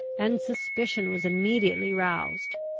and suspicion was immediately roused.